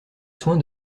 soin